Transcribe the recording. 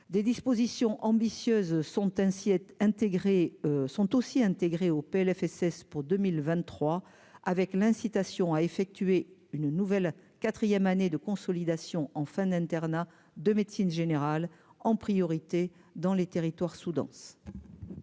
sont ainsi être intégrés sont aussi intégrée au Plfss pour 2023 avec l'incitation à effectuer une nouvelle 4ème année de consolidation en fin d'internat de médecine générale en priorité dans les territoires Soudan.